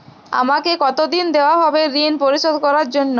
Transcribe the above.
আমাকে কতদিন দেওয়া হবে ৠণ পরিশোধ করার জন্য?